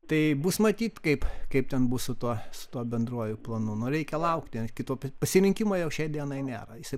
tai bus matyt kaip kaip ten bus su tuo su tuo bendruoju planu nu reikia laukti kito pasirinkimo jau šiai dienai nėra jisai